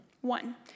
One